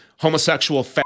homosexual